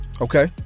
Okay